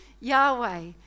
Yahweh